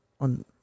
on